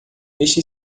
este